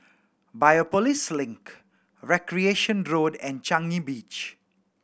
Biopolis Link Recreation Road and Changi Beach